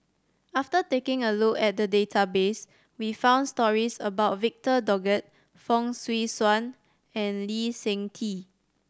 after taking a look at the database we found stories about Victor Doggett Fong Swee Suan and Lee Seng Tee